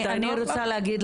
מתי נוח לך,